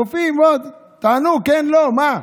רופאים, תענו כן, לא, מה?